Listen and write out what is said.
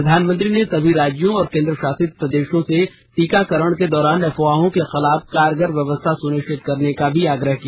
प्रधानमंत्री ने सभी राज्यों और केंद्र शासित प्रदेशों से टीकाकरण के दौरान अफवाहों के खिलाफ कारगर व्यवस्था सुनिश्चित करने का भी आग्रह किया